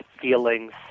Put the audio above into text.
feelings